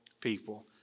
people